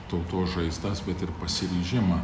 tautos žaizdas bet ir pasiryžimą